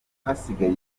hasigaye